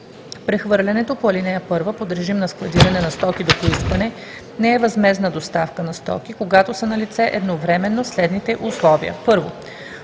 Прехвърлянето по ал. 1 под режим на складиране на стоки до поискване не е възмездна доставка на стоки, когато са налице едновременно следните условия: